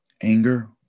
Anger